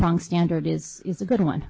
prong standard is is a good one